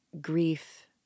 grief